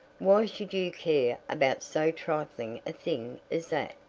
why should you care about so trifling a thing as that?